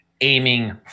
aiming